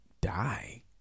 die